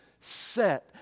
set